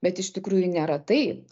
bet iš tikrųjų nėra taip